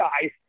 guy